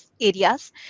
areas